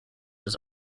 his